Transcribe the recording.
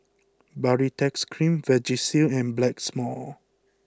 Baritex cream Vagisil and blacks more